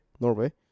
Norway